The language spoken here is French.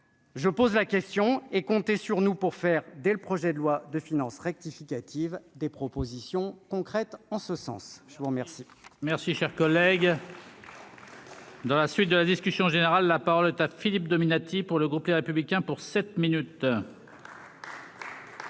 Je pose la question et comptez sur nous pour faire dès le projet de loi de finances rectificative des propositions concrètes en ce sens, je vous remercie.